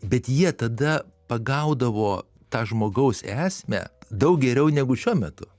bet jie tada pagaudavo tą žmogaus esmę daug geriau negu šiuo metu